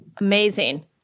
Amazing